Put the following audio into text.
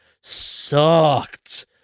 sucked